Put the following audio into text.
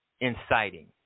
inciting